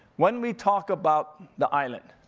when we talk about the island,